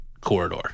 corridor